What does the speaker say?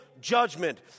Judgment